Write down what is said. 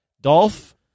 Dolph